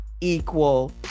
equal